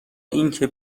اینکه